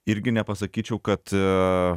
irgi nepasakyčiau kad